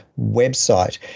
website